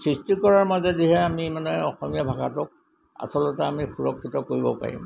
সৃষ্টি কৰাৰ মাজেদিহে আমি মানে অসমীয়া ভাষাটোক আচলতে আমি সুৰক্ষিত কৰিব পাৰিম